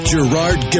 Gerard